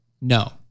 No